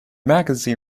magazine